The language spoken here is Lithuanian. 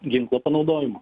ginklo panaudojimo